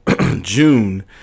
June